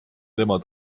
tema